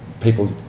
people